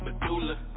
medulla